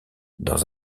dans